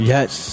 Yes